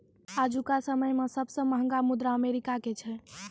आजुका समय मे सबसे महंगा मुद्रा अमेरिका के छै